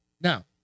Now